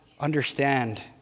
understand